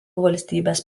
valstybės